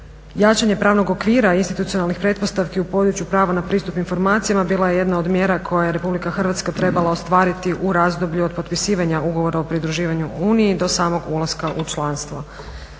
Jačanje pravnog okvira institucionalnih pretpostavki u području prava na pristup informacijama bila je jedna od mjera koje je RH trebala ostvariti u razdoblju od potpisivanja ugovora o pridruživanju Uniji do samog ulaska u članstvo.